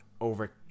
over